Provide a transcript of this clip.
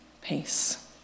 peace